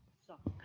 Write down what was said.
so,